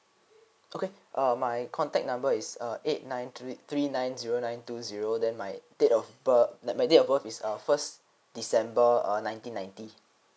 okay uh my contact number is uh eight nine three three nine zero nine two zero then my date of birth uh like my date of birth is uh first december uh nineteen ninety